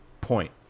point